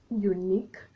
unique